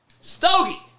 Stogie